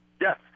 Yes